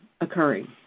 occurring